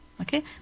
Okay